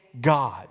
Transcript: God